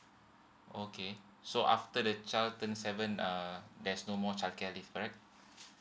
okay so after the child turn seven uh there's no more childcare leave correct